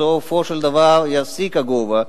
בסופו של דבר ייפסק הגובה,